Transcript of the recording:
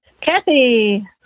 Kathy